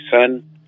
son